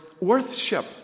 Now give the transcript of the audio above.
worship